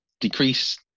decrease